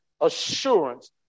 assurance